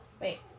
wait